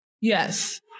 yes